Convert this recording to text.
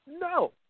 No